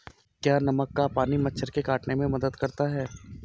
क्या नमक का पानी मच्छर के काटने में मदद करता है?